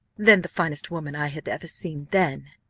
than the finest woman i had ever seen then,